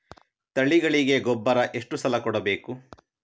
ತಳಿಗಳಿಗೆ ಗೊಬ್ಬರ ಎಷ್ಟು ಸಲ ಕೊಡಬೇಕು?